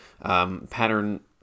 pattern